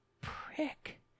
prick